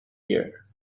gear